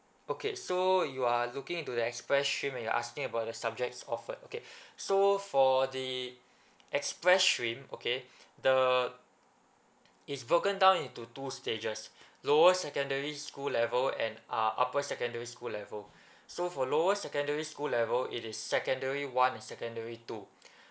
okay so you are looking into the express stream and you're asking about the subjects offered okay so for the express stream okay the it's broken down into two stages lower secondary school level and uh upper secondary school level so for lower secondary school level it is secondary one and secondary two